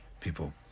people